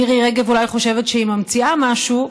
מירי רגב אולי חושבת שהיא ממציאה משהו,